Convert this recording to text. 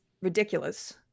ridiculous